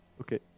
Okay